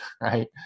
right